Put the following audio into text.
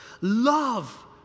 love